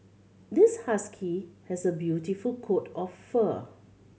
this husky has a beautiful coat of fur